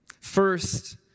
First